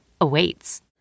awaits